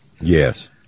yes